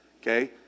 Okay